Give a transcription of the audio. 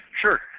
Sure